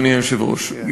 אדוני היושב-ראש.